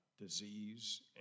disease